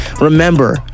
Remember